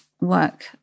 work